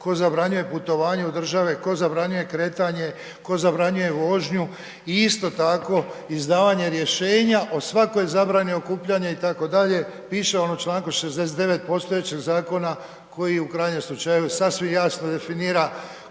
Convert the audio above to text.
tko zabranjuje putovanje u države, tko zabranjuje kretanje, tko zabranjuje vožnju i isto tako izdavanje rješenja o svakoj zabrani okupljanja itd. piše vam u čl. 69.postojećeg zakona koji je u krajnjem slučaju sasvim jasno definira